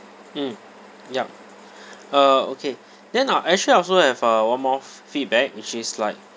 mm yup uh okay then uh actually I also have uh one more f~ feedback which is like